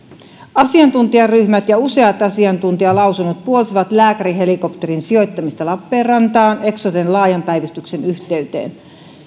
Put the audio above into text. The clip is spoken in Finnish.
asiantuntijaryhmät ja useat asiantuntijalausunnot puolsivat lääkärihelikopterin sijoittamista lappeenrantaan eksoten laajan päivystyksen yhteyteen